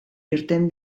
irten